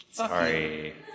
Sorry